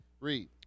read